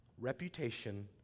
reputation